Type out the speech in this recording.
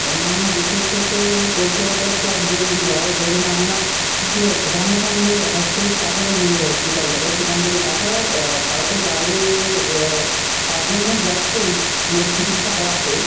অন্যান্য দেশের ক্ষেত্রে এই পরিষেবাটা চটজলদি হয় ধরুন আপনার কিছু হয়েছে সঙ্গে সঙ্গে হস সেই পাশাপাশি যে হসপিটাল থাকে সেখান থেকে তাছাড়াও ভারতের বাইরে এ তার জন্যই যাচ্ছে লোক চিকিৎসা করাতে